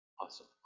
Awesome